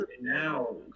now